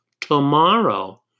Tomorrow